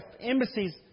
embassies